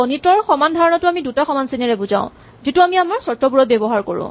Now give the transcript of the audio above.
গণিতৰ সমান ধাৰণাটো আমি দুটা সমান চিনেৰে বুজাও যিটো আমি আমাৰ চৰ্তবোৰত ব্যৱহাৰ কৰো